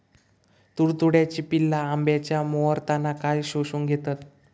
तुडतुड्याची पिल्ला आंब्याच्या मोहरातना काय शोशून घेतत?